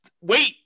wait